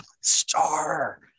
star